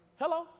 Hello